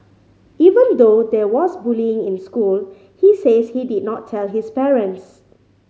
even though there was bullying in school he says he did not tell his parents